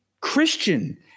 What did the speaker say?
Christian